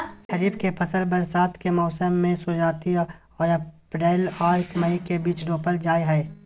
खरीफ के फसल बरसात के मौसम के शुरुआती में अप्रैल आर मई के बीच रोपल जाय हय